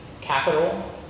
capital